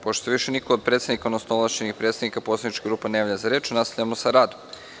Pošto više niko od predsednika, odnosno ovlašćenih predstavnika poslaničkih grupa ne javlja za reč, nastavljamo sa radom.